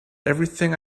everything